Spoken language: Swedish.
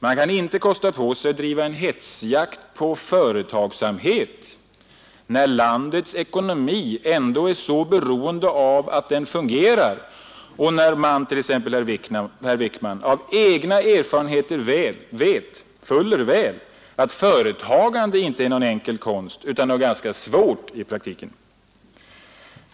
Man kan inte kosta på sig att driva en hetsjakt på företagsamheten när landets ekonomi ändå är så beroende av att den fungerar och när man t.ex., herr Wickman, av egna erfarenheter vet fuller väl att företagande inte är någon enkel konst utan något ganska svårt i praktiken.